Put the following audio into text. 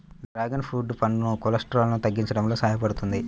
dragon fruit పండు కొలెస్ట్రాల్ను తగ్గించడంలో సహాయపడుతుంది